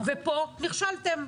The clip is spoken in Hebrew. ופה נכשלתם.